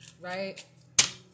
Right